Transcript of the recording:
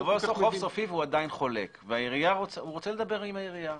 הוא רוצה לדבר עם העירייה,